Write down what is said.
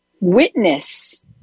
witness